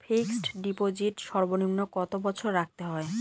Fixed deposit সর্বনিম্ন কত বছর রাখতে হয়?